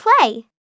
play